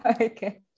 Okay